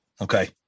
Okay